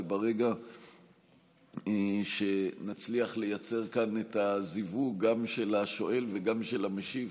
וברגע שנצליח לייצר כאן את הזיווג גם של השואל וגם של המשיב,